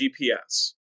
GPS